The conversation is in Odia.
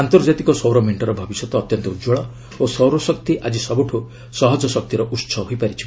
ଆନ୍ତର୍ଜାତିକ ସୌର ମେଷ୍ଟର ଭବିଷ୍ୟତ ଅତ୍ୟନ୍ତ ଉତ୍କଳ ଓ ସୌରଶକ୍ତି ଆଜି ସବୁଠୁ ସହଜ ଶକ୍ତିର ଉତ୍ସ ହୋଇପାରିଛି